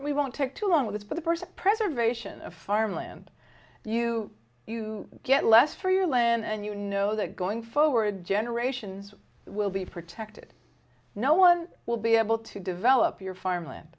we won't take too long with the first preservation of farmland you you get less for your land and you know that going forward generations will be protected no one will be able to develop your farmland